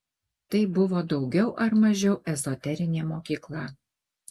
tai buvo daugiau ar mažiau ezoterinė mokykla